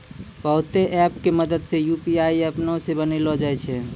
बहुते ऐप के मदद से यू.पी.आई अपनै से बनैलो जाय छै